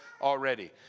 already